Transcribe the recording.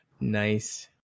Nice